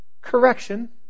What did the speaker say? correction